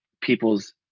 people's